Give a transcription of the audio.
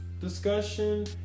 Discussion